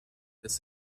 this